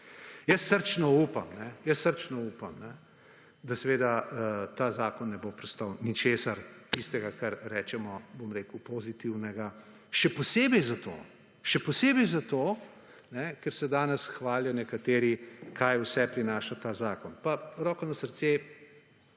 jaz srčno upam, da seveda ta zakon ne bo prestal ničesar tistega, kar rečemo, bom rekel, pozitivnega, še posebej zato, še posebej zato, ker se danes hvalijo nekateri, kaj vse prinaša ta zakon. Pa roko na srce,